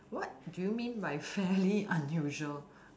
what do you mean by fairly unusual